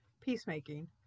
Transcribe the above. peacemaking